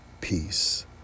peace